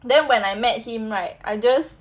then when I met him right I just